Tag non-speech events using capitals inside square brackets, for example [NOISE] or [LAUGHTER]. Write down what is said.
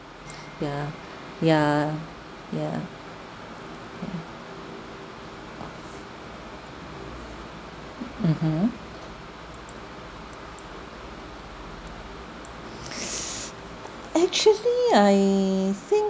ya ya ya ya mmhmm [BREATH] actually I think